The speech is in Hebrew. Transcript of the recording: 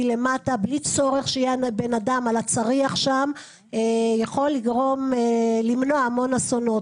בלי צורך שיהיה בן אדם על הצריח זה יכול למנוע המון אסונות.